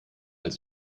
als